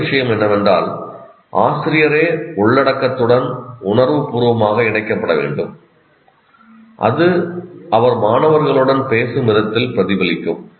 முதல் விஷயம் என்னவென்றால் ஆசிரியரே உள்ளடக்கத்துடன் உணர்வுபூர்வமாக இணைக்கப்பட வேண்டும் அது அவர் மாணவர்களுடன் பேசும் விதத்தில் பிரதிபலிக்கும்